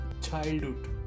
childhood